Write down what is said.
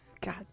God